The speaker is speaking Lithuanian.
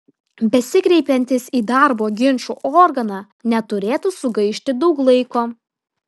besikreipiantys į darbo ginčų organą neturėtų sugaišti daug laiko